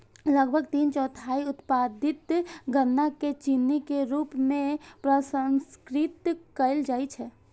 लगभग तीन चौथाई उत्पादित गन्ना कें चीनी के रूप मे प्रसंस्कृत कैल जाइ छै